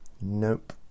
nope